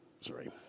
Sorry